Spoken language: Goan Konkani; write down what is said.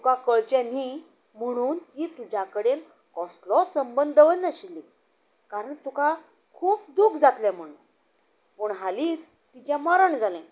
तुका कळचें न्ही म्हुणून ती तुज्या कडेन कसलो संबंद दवरनाशिल्ली कारण तुका खूब दूख जातलें म्हूण पूण हालींच तिचें मरण जालें